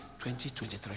2023